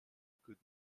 could